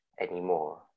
anymore